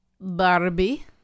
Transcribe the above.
Barbie